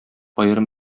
аерым